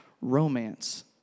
Romance